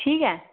ठीक ऐ